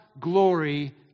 glory